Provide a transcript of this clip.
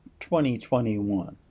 2021